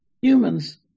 Humans